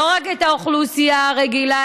ולא רק את האוכלוסייה הרגילה,